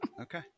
Okay